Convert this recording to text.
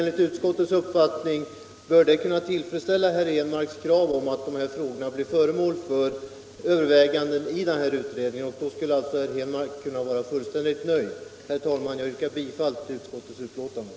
Enligt utskottets uppfattning bör det kunna tillfredsställa herr Henmarks krav på att de här frågorna blir föremål för övervägande i utredningen. Då skulle herr Henmark alltså kunna vara fullständigt nöjd. Herr talman! Jag yrkar bifall till utskottets hemställan.